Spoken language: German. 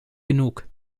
genug